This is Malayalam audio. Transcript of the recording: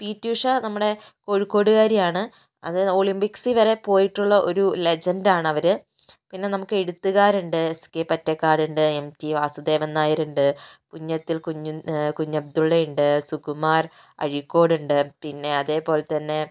പി ടി ഉഷ നമ്മുടെ കോഴിക്കോടുകാരിയാണ് അതായത് ഒളിമ്പിക്സിൽ വരെ പോയിട്ടുള്ള ഒരു ലെജൻ്റാണവര് പിന്നെ നമുക്ക് എഴുത്തുകാരുണ്ട് എസ് കെ പൊറ്റക്കാടുണ്ട് എംടി വാസുദേവൻ നായരുണ്ട് പുനത്തിൽ കുഞ്ഞബ്ദുള്ളയുണ്ട് സുകുമാർ അഴീക്കോടുണ്ട് പിന്നെ അതേപോലെത്തന്നെ